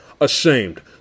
Ashamed